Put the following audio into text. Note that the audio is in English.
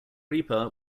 reaper